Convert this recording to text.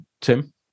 tim